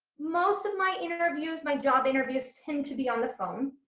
most of my interviews my job interviews tend to be on the phone